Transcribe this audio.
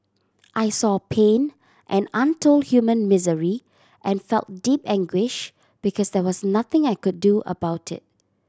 I saw pain and untold human misery and felt deep anguish because there was nothing I could do about it